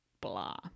blah